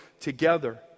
together